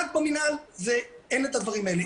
רק במינהל אין את הדברים האלה.